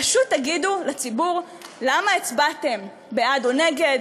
פשוט תגידו לציבור למה הצבעתם בעד או נגד